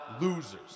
losers